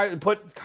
put